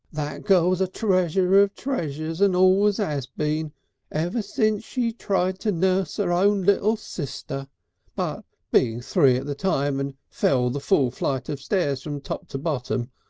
that girl's a treasure of treasures, and always has been ever since she tried to nurse her own little sister, but being but three at the time, and fell the full flight of stairs from top to bottom,